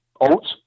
oats